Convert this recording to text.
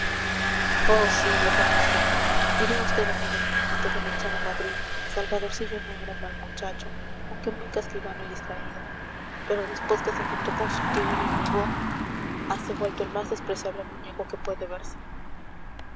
oh sí le conozco diré a vd amigo mío antes de marchar a madrid salvadorcillo no era mal muchacho aunque muy casquivano y distraído pero después que se juntó con su tío y renegó hase vuelto el más despreciable muñeco que puede verse